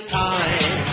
time